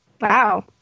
Wow